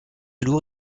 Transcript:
lourd